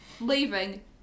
Leaving